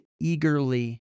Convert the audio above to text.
eagerly